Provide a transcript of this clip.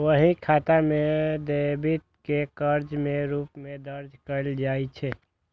बही खाता मे डेबिट कें कर्ज के रूप मे दर्ज कैल जाइ छै